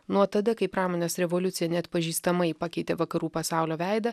nuo tada kai pramonės revoliucija neatpažįstamai pakeitė vakarų pasaulio veidą